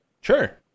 Sure